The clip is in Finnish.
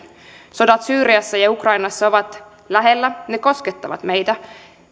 sodat syyriassa ja ukrainassa ovat lähellä ne koskettavat meitä